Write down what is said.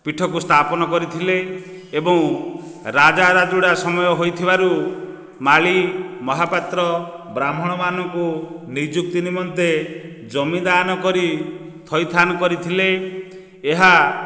ପୀଠକୁ ସ୍ଥାପନ କରିଥିଲେ ଏବଂ ରାଜା ରାଜୁଡ଼ା ସମୟ ହୋଇଥିବାରୁ ମାଳି ମହାପାତ୍ର ବ୍ରାହ୍ମଣମାନଙ୍କୁ ନିଯୁକ୍ତି ନିମନ୍ତେ ଜମିଦାନ କରି ଥଇଥାନ କରିଥିଲେ ଏହା